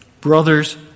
Brothers